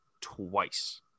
twice